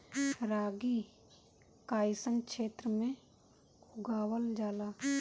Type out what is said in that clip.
रागी कइसन क्षेत्र में उगावल जला?